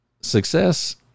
Success